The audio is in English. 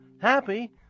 Happy